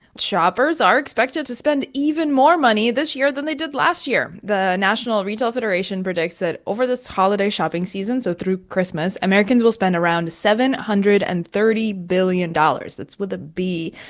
shoppers are expected to spend even more money this year than they did last year. the national retail federation predicts that over this holiday shopping season so through christmas americans will spend around seven hundred and thirty billion dollars. that's with a b.